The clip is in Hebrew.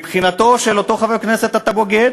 מבחינתו של אותו חבר כנסת אתה בוגד